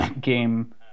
game